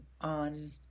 on